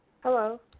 Hello